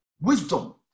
Wisdom